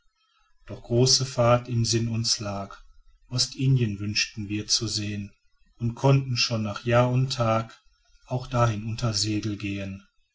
doch große fahrt im sinn uns lag ostindien wünschten wir zu sehen und konnten schon nach jahr und tag auch dahin unter segel gehen